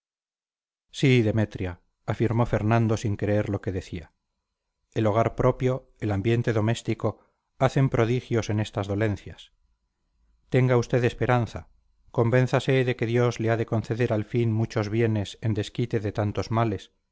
amigos sí demetria afirmó fernando sin creer lo que decía el hogar propio el ambiente doméstico hacen prodigios en estas dolencias tenga usted esperanza convénzase de que dios le ha de conceder al fin muchos bienes en desquite de tantos males